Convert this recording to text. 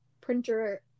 printer